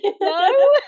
no